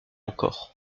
encore